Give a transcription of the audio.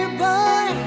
boy